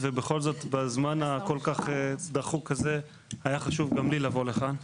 ובכל זאת בזמן הכול כך דחוק הזה היה חשוב גם לי לבוא לכאן.